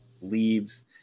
leaves